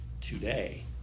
today